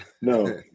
no